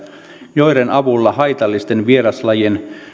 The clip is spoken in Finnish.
joiden avulla haitallisten vieraslajien